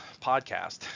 podcast